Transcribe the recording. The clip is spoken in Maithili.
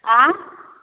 आँ